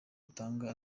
atanga